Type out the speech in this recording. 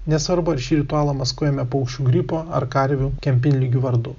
nesvarbu ar šį ritualą maskuojame paukščių gripo ar karvių kempinligių vardu